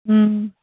ꯎꯝ